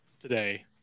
today